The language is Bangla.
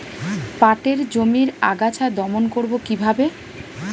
পাটের জমির আগাছা দমন করবো কিভাবে?